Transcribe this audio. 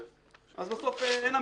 אז בסוף יש עמידות,